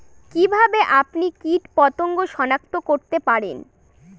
কিভাবে আপনি কীটপতঙ্গ সনাক্ত করতে পারেন?